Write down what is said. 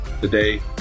today